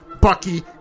Bucky